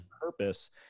purpose